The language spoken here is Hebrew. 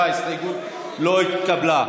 44. ההסתייגות לא התקבלה.